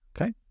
okay